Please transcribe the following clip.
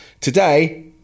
Today